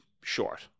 short